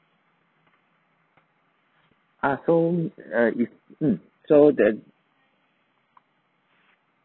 ah so err if mm so the